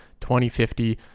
2050